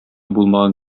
булмаган